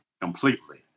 completely